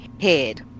head